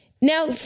now